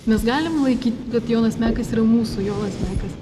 mes galim laikyt kad jonas mekas yra mūsų jonas mekas